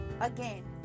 again